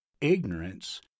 ignorance